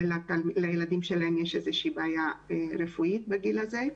שלילדים שלהן יש איזו בעיה רפואית בגיל הזה.